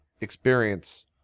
experience